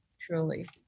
truly